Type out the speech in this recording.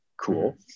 Cool